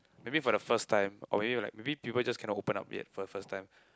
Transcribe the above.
maybe for the first time or maybe will like maybe people just cannot open up yet for the first time